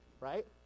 right